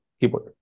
keyboard